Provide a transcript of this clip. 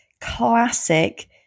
classic